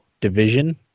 division